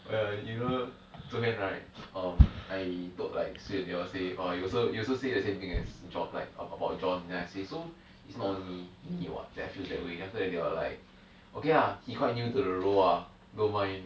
oh ya you know 昨天 right um I told like suede they all say orh you also you also say the same thing as jo~ like about john then I say so it's not only me what that feels that way then after that they were like okay ah he quite new to the role ah don't mind